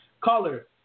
Caller